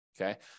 Okay